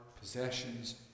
possessions